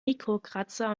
mikrokratzer